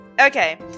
Okay